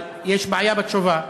אבל יש בעיה בתשובה.